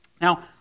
Now